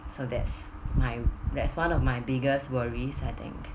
so that's my that's one of my biggest worry I think